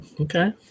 okay